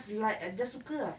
just like a saka ah